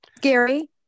Gary